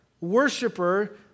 worshiper